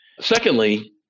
Secondly